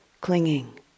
clinging